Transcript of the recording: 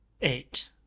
eight